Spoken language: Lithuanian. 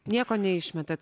nieko neišmetat